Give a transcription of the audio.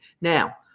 now